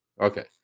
Okay